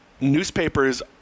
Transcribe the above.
newspapers